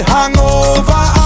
Hangover